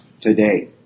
today